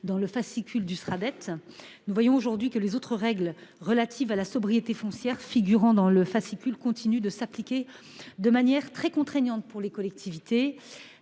dans le fascicule du Sraddet. Nous observons aujourd’hui que les autres règles relatives à la sobriété foncière figurant dans le fascicule continuent de s’appliquer de manière très contraignante pour les collectivités.